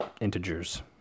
integers